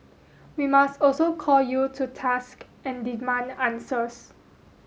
we must also call you to task and demand answers